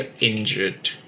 injured